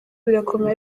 birakomeye